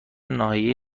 ناحیه